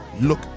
look